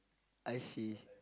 I see